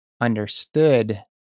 understood